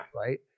right